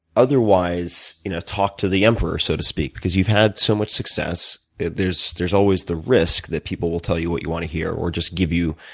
otherwise you know talk to the emperor, so to speak? because you've had so much success, there's there's always the risk that people will tell you what you want to hear or just give you